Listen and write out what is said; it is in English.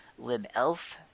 libelf